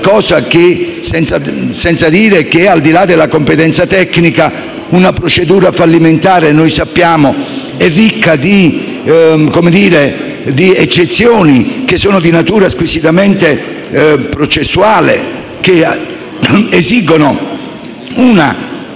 fallimentari; tra l'altro, al di là della competenza tecnica, una procedura fallimentare, come noi sappiamo, è ricca di eccezioni, che sono di natura squisitamente processuale e che esigono una